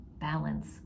balance